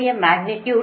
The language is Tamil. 0082 மைக்ரோ ஃபாரட்